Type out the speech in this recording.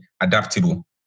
adaptable